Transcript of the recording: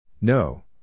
No